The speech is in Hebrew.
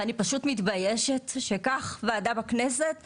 ואני פשוט מתביישת שכך וועדה בכנסת מתנהלת,